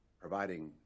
providing